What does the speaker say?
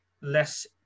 less